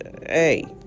hey